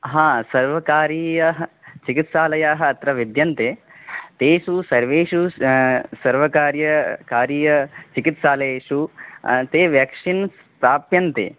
हा सर्वकारीयाः चिकित्सालयाः अत्र विद्यन्ते तेषु सर्वेषु सर्वकारीय कारीय चिकित्सालयेषु ते व्याक्सिन् स्थाप्यन्ते